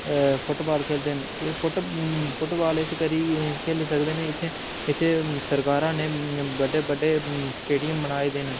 अऽ फुट्टबाल खेलदे न एह् फुट्ट फुट्टबाल इसकरी बड्डे स्टेडियम बनाए दे न